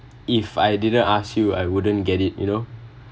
if I didn't ask you I wouldn't get it you know